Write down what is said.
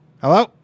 Hello